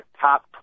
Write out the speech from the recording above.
top